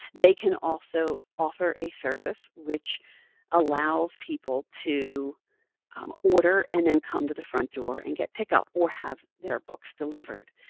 they can also offer a service which allows people to order and then come to the front door and get pick-up or have their books delivered.